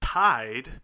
tied